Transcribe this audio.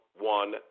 one